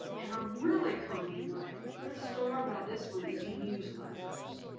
and a really common way put a star by this one is newsletters.